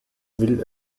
will